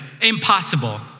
impossible